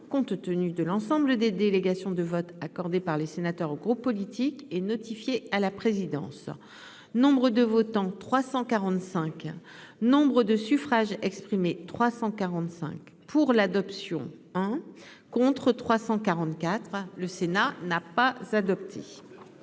compte tenu de l'ensemble des délégations de vote accordé par les sénateurs aux groupes politiques et notifié à la présidence, nombre de votants 345 Nombre de suffrages exprimés 345 pour l'adoption, hein, contre 344 le Sénat n'a pas s'adopté